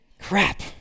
crap